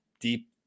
deep